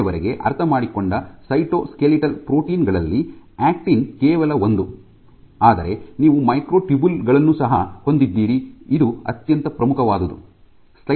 ಇಲ್ಲಿಯವರೆಗೆ ಅರ್ಥಮಾಡಿಕೊಂಡ cytoskeletal protein ಗಳಲ್ಲಿ ಆಕ್ಟಿನ್ ಕೇವಲ ಒಂದು ಆದರೆ ನೀವು ಮೈಕ್ರೊಟ್ಯೂಬ್ಯೂಲ್ ಗಳನ್ನು ಸಹ ಹೊಂದಿದ್ದೀರಿ ಇದು ಅತ್ಯಂತ ಪ್ರಮುಖವಾದುದು